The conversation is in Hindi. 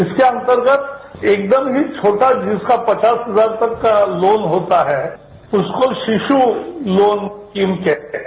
इसके अंतर्गत एकदम ही छोटा जिसका पचास हजार तक कालोन होता है उसको शिश् लोन स्कीम कहते हैं